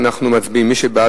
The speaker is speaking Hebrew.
אנחנו מצביעים: מי שבעד,